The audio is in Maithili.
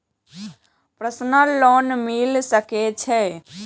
प्रसनल लोन मिल सके छे?